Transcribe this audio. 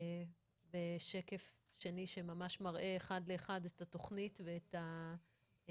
זה שקף שני שמראה אחד לאחד את התכנית ואת פני